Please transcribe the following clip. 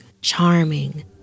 charming